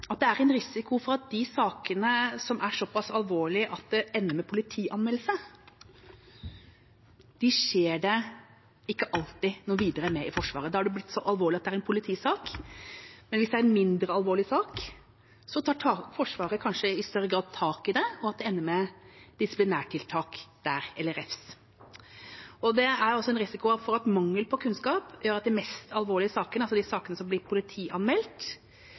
at det er en risiko for at de sakene som er såpass alvorlige at de ender med politianmeldelse, skjer det ikke alltid noe videre med i Forsvaret. Da er det blitt så alvorlig at det er en politisak. Men hvis det er en mindre alvorlig sak, tar Forsvaret kanskje i større grad tak i det, og det ender med disiplinærtiltak eller refs. Det er også en risiko for at mangel på kunnskap gjør at de mest alvorlige sakene, altså de sakene som blir politianmeldt,